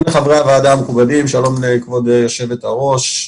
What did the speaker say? הוועדה המכובדים, שלום לכבוד יושבת הראש.